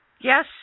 Yes